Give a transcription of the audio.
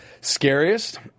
Scariest